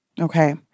Okay